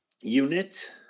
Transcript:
unit